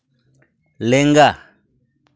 ᱞᱮᱸᱜᱟ